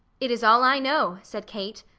it is all i know, said kate.